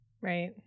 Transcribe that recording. right